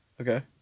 Okay